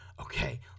okay